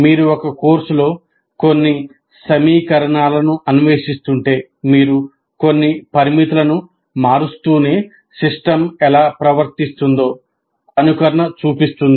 మీరు ఒక కోర్సులో కొన్ని సమీకరణాలను అన్వేషిస్తుంటే మీరు కొన్ని పారామితులను మారుస్తూనే సిస్టమ్ ఎలా ప్రవర్తిస్తుందో అనుకరణ చూపిస్తుంది